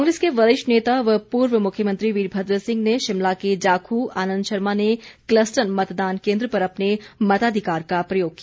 कांग्रेस के वरिष्ठ नेता व पूर्व मुख्यमंत्री वीरभद्र सिंह ने शिमला के जाखू आनंद शर्मा ने कलस्टन मतदान केंन्द्र पर अपने मताधिकार का प्रयोग किया